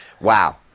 Wow